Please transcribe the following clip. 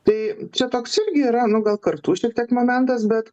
tai čia toks irgi yra nu gal kartų šiek tiek momentas bet